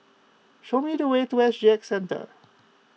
show me the way to S G X Centre